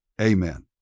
Amen